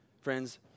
Friends